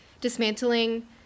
dismantling